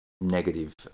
negative